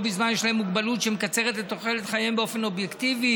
בזמן יש להם מוגבלות שמקצרת את תוחלת חייהם באופן אובייקטיבי